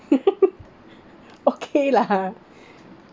okay lah